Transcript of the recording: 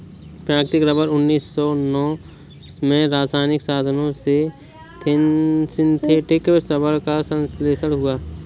प्राकृतिक रबर उन्नीस सौ नौ में रासायनिक साधनों से सिंथेटिक रबर का संश्लेषण हुआ